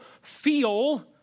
feel